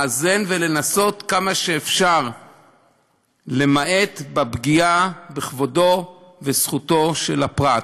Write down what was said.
לאזן ולנסות כמה שאפשר למעט בפגיעה בכבודו וזכותו של הפרט.